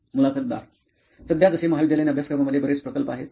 मुलाखतदार सध्या जसे महाविद्यालयीन अभयसक्रमामध्ये बरेच प्रकल्प आहेत व